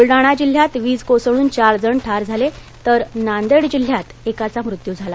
बूलडाणा जिल्ह्यात वीज कोसळून चार जण ठार झाले तर नांदेड जिल्ह्यात एकाचा मृत्यू झाला